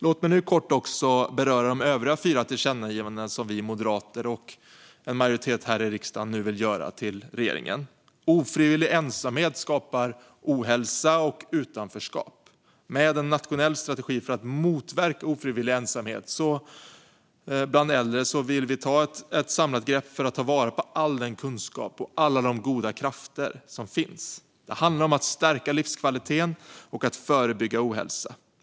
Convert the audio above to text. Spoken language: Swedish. Låt mig nu kortfattat beröra de övriga fyra tillkännagivandena som vi moderater och en majoritet här i riksdagen nu föreslår till regeringen. Ofrivillig ensamhet skapar ohälsa och utanförskap. Med en nationell strategi för att motverka ofrivillig ensamhet bland äldre vill vi ta ett samlat grepp för att ta vara på all den kunskap och alla de goda krafter som finns. Det handlar om att stärka livskvaliteten och att förebygga ohälsa.